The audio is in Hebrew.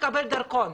תקבל דרכון.